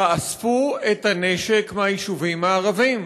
תאספו את הנשק מהיישובים הערביים.